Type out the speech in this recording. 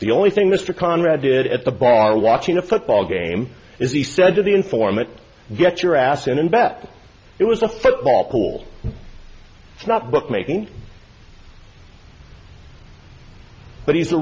the only thing mr conrad did at the bar watching a football game is he said to the informant get your ass in and bet it was a football pool not bookmaking but he's a